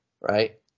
right